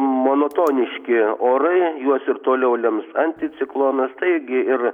monotoniški orai juos ir toliau lems anticiklonas taigi ir